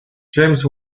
james